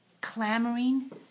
clamoring